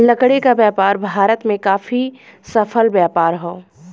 लकड़ी क व्यापार भारत में काफी सफल व्यापार हौ